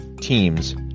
teams